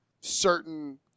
certain